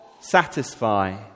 satisfy